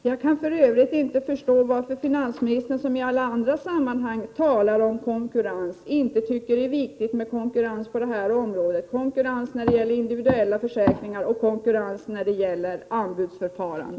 Jag kan för övrigt inte förstå varför finansministern, som i alla andra sammanhang talar om konkurrens, inte tycker att det är viktigt att det är konkurrens på det här området — konkurrens när det gäller individuella försäkringar och anbudsförfarande.